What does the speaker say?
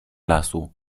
lasu